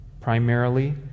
primarily